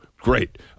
Great